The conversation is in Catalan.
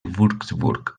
würzburg